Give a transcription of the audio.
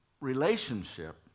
relationship